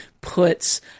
puts